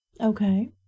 Okay